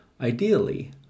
Ideally